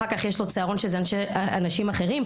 ואחרי זה צהרון עם צוות אחר.